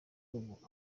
nubu